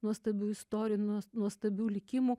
nuostabių istorijų nuos nuostabių likimų